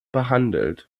behandelt